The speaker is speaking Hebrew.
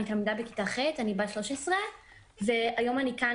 אני תלמידה בכיתה ח' ובת 13. היום אני כאן